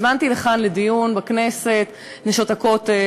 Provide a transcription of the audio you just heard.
הזמנתי לכאן לדיון בכנסת את "נשות הכותל",